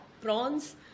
prawns